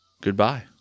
Goodbye